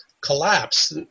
collapse